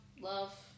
Love